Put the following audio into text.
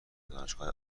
دانشگاه